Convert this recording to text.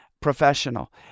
professional